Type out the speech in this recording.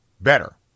better